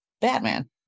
batman